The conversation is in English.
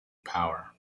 power